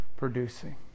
producing